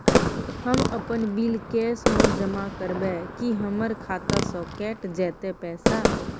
हम अपन bill cash म जमा करबै की हमर खाता स कैट जेतै पैसा?